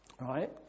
right